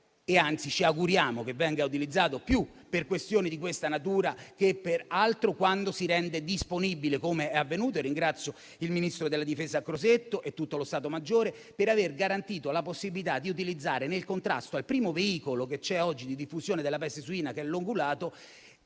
e anzi ci auguriamo che venga utilizzato più per questioni di questa natura che per altro quando si rende disponibile, come è avvenuto, e ringrazio il ministro della difesa Crosetto e tutto lo Stato maggiore per aver garantito la possibilità di utilizzare nel contrasto al primo veicolo che c'è oggi di diffusione della peste suina che è l'ungulato,